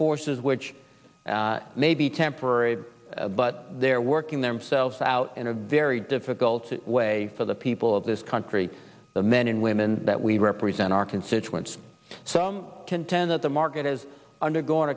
forces which may be temporary but they're working themselves out in a very difficult way for the people of this country the men and women that we represent our constituents so i contend that the market has undergone